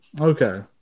Okay